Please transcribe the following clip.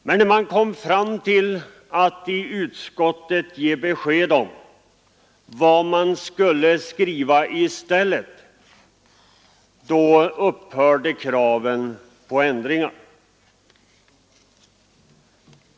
Men när vi i utskottet kom fram till att ange vad man skulle skriva in i stället upphörde kraven på ändringar.